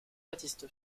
baptiste